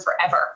forever